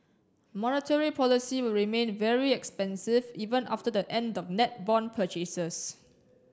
monetary policy will remain very expansive even after the end of net bond purchases